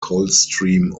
coldstream